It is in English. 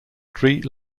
street